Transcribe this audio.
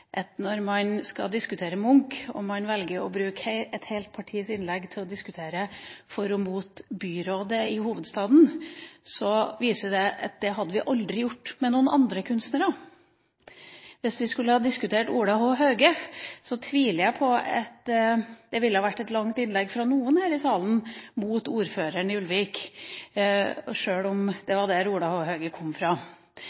hakket. Når man skal diskutere Munch, og et parti velger å bruke et helt innlegg til å diskutere for og imot byrådet i hovedstaden, viser det meg at det er noe vi aldri hadde gjort med noen andre kunstnere. Hvis vi skulle ha diskutert Olav H. Hauge, tviler jeg på at det ville ha vært et langt innlegg fra noen her i salen mot ordføreren i Ulvik, sjøl om det